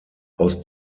aus